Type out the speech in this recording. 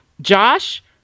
Josh